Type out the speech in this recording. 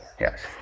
Yes